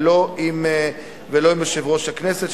ולא עם יושב-ראש הכנסת,